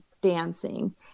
dancing